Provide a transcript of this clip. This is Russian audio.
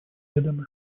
ведомо